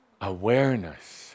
awareness